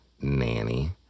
nanny